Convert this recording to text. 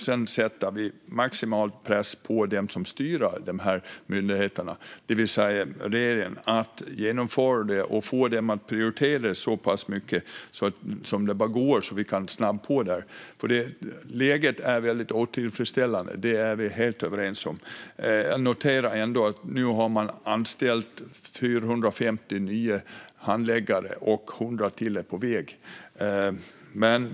Sedan sätter vi maximal press på dem som styr dessa myndigheter, det vill säga regeringen, att genomföra och prioritera det här så mycket det går så att vi får till detta snabbt. Läget är väldigt otillfredsställande. Det är vi helt överens om. Jag noterar dock att man nu har anställt 450 nya handläggare och att ytterligare 100 är på väg.